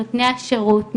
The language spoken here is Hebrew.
נותני השירות,